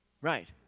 Right